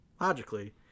logically